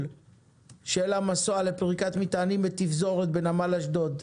של המסוע לפריקת מטענים בתפזורת בנמל אשדוד,